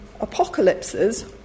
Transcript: apocalypses